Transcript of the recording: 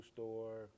Store